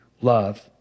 love